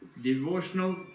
devotional